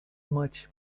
much